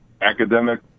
academic